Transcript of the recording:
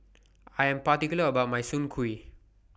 I Am particular about My Soon Kuih